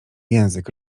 język